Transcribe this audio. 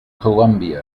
columbia